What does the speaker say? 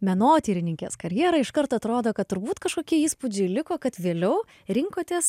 menotyrininkės karjerą iškart atrodo kad turbūt kažkokie įspūdžiai liko kad vėliau rinkotės